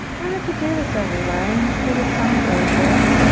you don't have to do this everywhere. you can just do this some places.